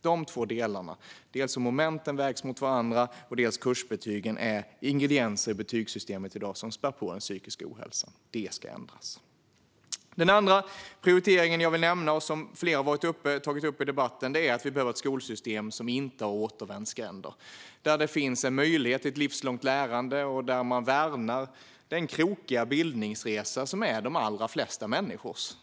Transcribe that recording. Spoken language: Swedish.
Dessa två delar - dels hur momenten vägs mot varandra, dels kursbetygen - är ingredienser i betygssystemet i dag som spär på en psykisk ohälsa. Det ska ändras. Den andra prioritering som jag vill nämna och som flera har tagit upp i debatten är att vi behöver ha ett skolsystem som inte har återvändsgränder och där det finns en möjlighet till ett livslångt lärande och där man värnar den krokiga bildningsresa som är de allra flesta människors.